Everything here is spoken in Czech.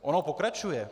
Ono pokračuje.